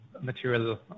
material